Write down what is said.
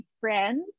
friends